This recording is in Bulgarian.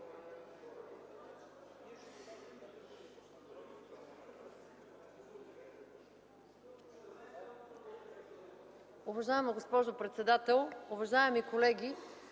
Уважаема госпожо председател, уважаеми колеги!